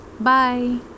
Bye